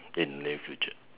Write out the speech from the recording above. in near future